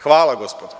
Hvala gospodo.